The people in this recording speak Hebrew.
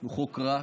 הוא חוק רע.